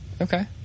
Okay